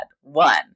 One